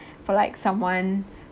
for like someone